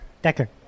Decker